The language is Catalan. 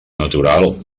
natural